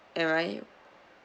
am I